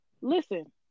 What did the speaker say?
Listen